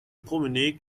promener